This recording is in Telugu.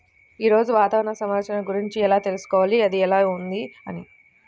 ఈరోజు వాతావరణ సమాచారం గురించి ఎలా తెలుసుకోవాలి అది ఎలా ఉంది అని?